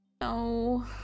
No